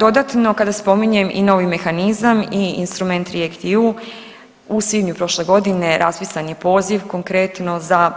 Dodatno kada spominjem i novi mehanizam i instrument REACT-EU u svibnju prošle godine raspisan je poziv, konkretno za